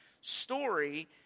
story